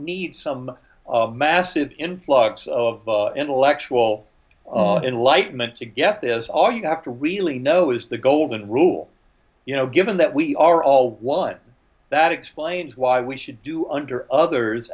need some massive influx of intellectual enlightenment to get this all you have to really know is the golden rule you know given that we are all want that explains why we should do under others